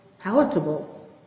palatable